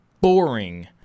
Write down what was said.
boring